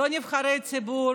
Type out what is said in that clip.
גם נבחרי ציבור